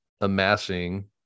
amassing